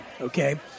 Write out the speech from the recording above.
okay